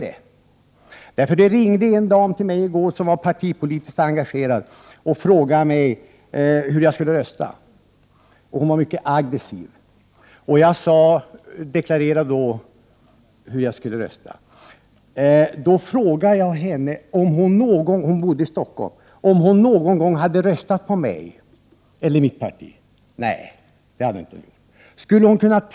I går ringde en dam till mig som var partipolitiskt engagerad. Hon frågade mig hur jag skulle rösta, och hon var mycket aggressiv. Jag deklarerade då min ståndpunkt. Damen bodde i Stockholm. Jag frågade henne om hon någon gång hade röstat på mig eller mitt parti. Nej, det hade hon inte gjort.